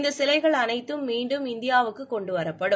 இந்த சிலைகள் அனைத்தும் மீண்டும் இந்தியாவுக்கு கொண்டு வரப்படும்